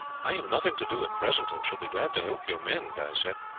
i have nothing to do at present, and shall be glad to help your men, guy said.